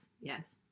yes